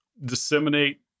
disseminate